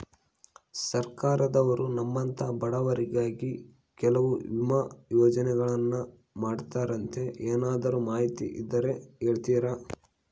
ಸರ್ಕಾರದವರು ನಮ್ಮಂಥ ಬಡವರಿಗಾಗಿ ಕೆಲವು ವಿಮಾ ಯೋಜನೆಗಳನ್ನ ಮಾಡ್ತಾರಂತೆ ಏನಾದರೂ ಮಾಹಿತಿ ಇದ್ದರೆ ಹೇಳ್ತೇರಾ?